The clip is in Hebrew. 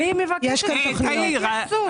אני מבקשת תכנית לתקצוב.